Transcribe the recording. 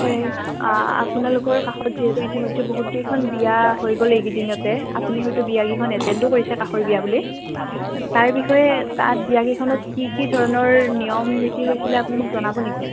হয় আপোনালোকৰ কাষত যিহেতু ইতিমধ্যে বহুত কেইখন বিয়া হৈ গ'ল এই কেইদিনতে আপুনি হয়তো বিয়াকেইখন এটেণ্ডো কৰিছে কাষৰ বিয়া বুলি তাৰ বিষয়ে তাত বিয়া কেইখনত কি কি ধৰণৰ নিয়ম নীতি হৈছিলে আপুনি মোক জনাব নেকি